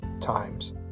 times